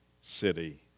city